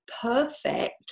perfect